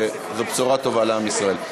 וזו בשורה טובה לעם ישראל.